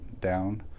down